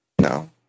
No